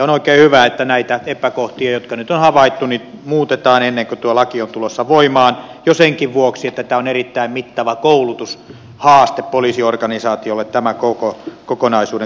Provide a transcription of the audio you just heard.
on oikein hyvä että näitä epäkohtia jotka nyt on havaittu muutetaan ennen kuin tuo laki on tulossa voimaan jo senkin vuoksi että tämä on erittäin mittava koulutushaaste poliisiorganisaatiolle tämän kokonaisuuden kouluttaminen